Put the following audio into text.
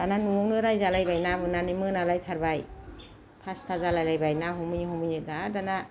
दाना न'आवनो रायजालायबाय ना मोननानै मोना लायथारबाय पासथा जालायलायबाय ना हमै हमैनो आरो दाना